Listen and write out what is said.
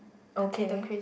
okay